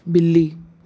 ਬਿੱਲੀ